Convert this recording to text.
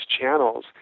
channels